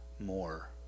more